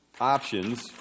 options